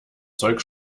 zeug